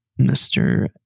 Mr